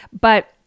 But-